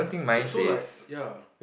so so like ya